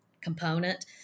component